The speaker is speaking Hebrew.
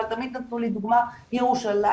אבל תמיד נתנו לי את הדוגמה של ירושלים,